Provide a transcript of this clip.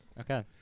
Okay